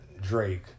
Drake